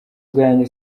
bwanjye